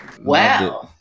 Wow